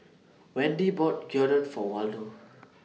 Wendi bought Gyudon For Waldo